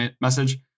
message